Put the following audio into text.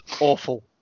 awful